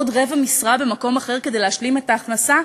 עוד רבע משרה במקום אחר כדי להשלים את ההכנסה?